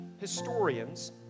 historians